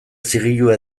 zigilua